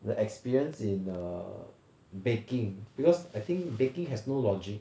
the experience in err baking because I think baking has no logic